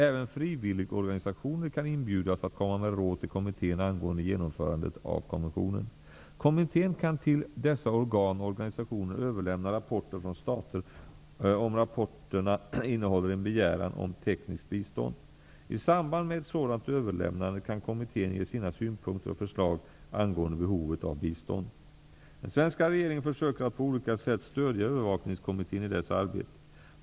Även frivilligorganisationer kan inbjudas att komma med råd till kommittén angående genomförandet av konventionen. Kommittén kan till dessa organ och organisationer överlämna rapporter från stater om rapporterna innehåller en begäran om tekniskt bistånd. I samband med ett sådant överlämnande kan kommittén ge sina synpunkter och förslag angående behovet av bistånd. Den svenska regeringen försöker att på olika sätt stödja övervakningskommittén i dess arbete.